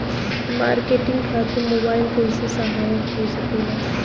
Marketing खातिर mobile कइसे सहायक हो सकेला?